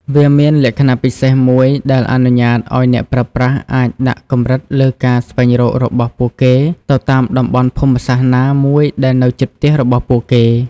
វាមានលក្ខណៈពិសេសមួយដែលអនុញ្ញាតឱ្យអ្នកប្រើប្រាស់អាចដាក់កម្រិតលើការស្វែងរករបស់ពួកគេទៅតាមតំបន់ភូមិសាស្ត្រណាមួយដែលនៅជិតផ្ទះរបស់ពួកគេ។